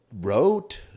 wrote